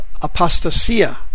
apostasia